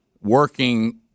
working